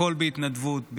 הכול בהתנדבות,